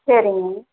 சரிங்க